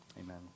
Amen